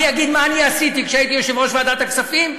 אני אגיד מה אני עשיתי כשהייתי יושב-ראש ועדת הכספים,